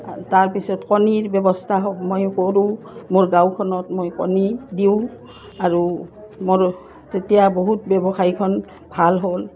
তাৰপিছত কণীৰ ব্যৱস্থা হওক মই কৰোঁ মোৰ গাঁওখনত মই কণী দিওঁ আৰু মোৰ তেতিয়া বহুত ব্যৱসায়ীখন ভাল হ'ল